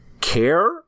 care